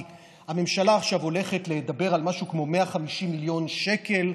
כי הממשלה עכשיו הולכת לדבר על משהו כמו 150 מיליון שקל,